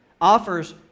offers